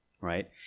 right